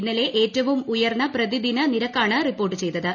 ഇന്നലെ ഏറ്റവും ഉയർന്ന പ്രതിദിന നിരക്കാണ് റിപ്പോർട്ട് ചെയ്തത്